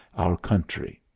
our country.